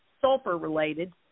sulfur-related